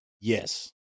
yes